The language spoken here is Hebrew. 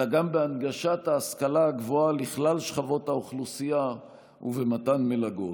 אלא גם בהנגשת ההשכלה הגבוהה לכלל שכבות האוכלוסייה ובמתן מלגות.